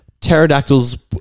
Pterodactyls